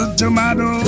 tomato